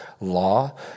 law